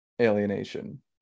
alienation